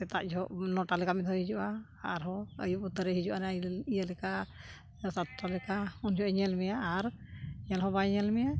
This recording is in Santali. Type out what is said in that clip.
ᱥᱮᱛᱟᱜ ᱡᱚᱠᱷᱮᱡ ᱱᱚᱴᱟ ᱞᱮᱠᱟ ᱢᱤᱫ ᱫᱚᱦᱚᱭ ᱦᱤᱡᱩᱜᱼᱟ ᱟᱨᱦᱚᱸ ᱟᱹᱭᱩᱵ ᱩᱛᱟᱹᱨᱤ ᱦᱤᱡᱩᱜᱼᱟ ᱤᱭᱟᱹ ᱞᱮᱠᱟ ᱥᱟᱛᱴᱟ ᱞᱮᱠᱟ ᱩᱱ ᱡᱚᱦᱢᱤᱭᱟ ᱟᱨ ᱧᱮᱞ ᱦᱚᱸ ᱵᱟᱭ ᱧᱮᱞ ᱢᱮᱭᱟ